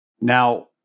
Now